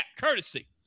courtesy